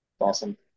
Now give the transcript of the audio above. Awesome